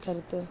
கருத்து